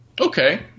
Okay